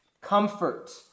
Comfort